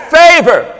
favor